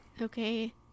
Okay